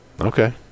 okay